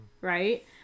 right